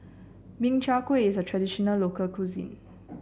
Min Chiang Kueh is a traditional local cuisine